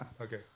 Okay